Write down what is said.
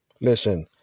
Listen